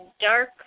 dark